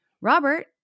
Robert